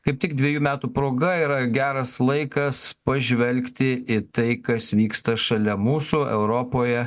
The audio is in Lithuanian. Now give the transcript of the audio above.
kaip tik dvejų metų proga yra geras laikas pažvelgti į tai kas vyksta šalia mūsų europoje